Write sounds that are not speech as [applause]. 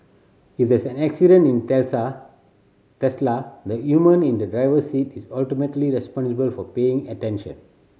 if there's an accident in [unintelligible] the human in the driver's seat is ultimately responsible for paying attention